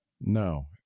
No